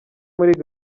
muri